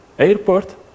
airport